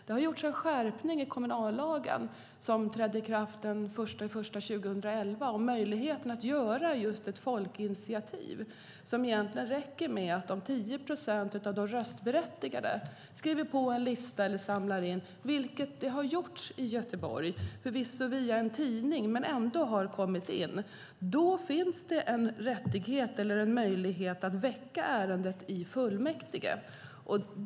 Det har gjorts en skärpning i kommunallagen som trädde i kraft den 1 januari 2011 om möjligheten att genomföra just ett folkinitiativ. Det räcker egentligen med att 10 procent av de röstberättigade skriver på en lista, något som har gjorts i Göteborg, förvisso via en tidning men ändå. Då finns det en möjlighet att väcka ärendet i fullmäktige.